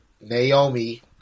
Naomi